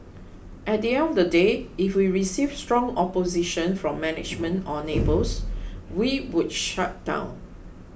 at the end of the day if we received strong opposition from management or neighbours we would shut down